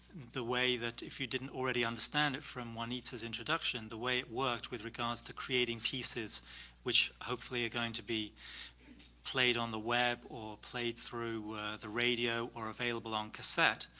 the way that if you didn't already understand it from juanita's introduction, the way it worked with regards to creating pieces which hopefully are going to be played on the web, or played through the radio, or available on cassette,